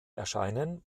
erscheinen